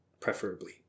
preferably